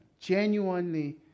genuinely